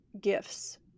gifts